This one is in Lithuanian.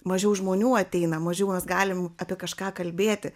mažiau žmonių ateina mažiau mes galim apie kažką kalbėti